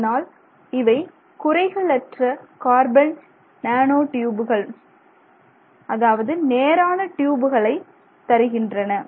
அதனால் இவை குறைகளற்ற கார்பன் நானோ டியூபுகளை அதாவது நேரான டியூபுகளை தருகின்றன